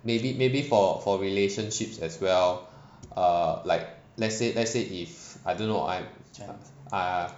maybe maybe for for relationships as well err like let's say let's say if I don't know I'm err